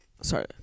Sorry